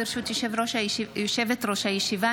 ברשות יושבת-ראש הישיבה,